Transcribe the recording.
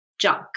junk